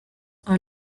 are